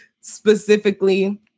specifically